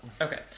Okay